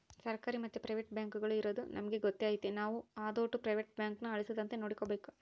ಸರ್ಕಾರಿ ಮತ್ತೆ ಪ್ರೈವೇಟ್ ಬ್ಯಾಂಕುಗುಳು ಇರದು ನಮಿಗೆ ಗೊತ್ತೇ ಐತೆ ನಾವು ಅದೋಟು ಪ್ರೈವೇಟ್ ಬ್ಯಾಂಕುನ ಅಳಿಸದಂತೆ ನೋಡಿಕಾಬೇಕು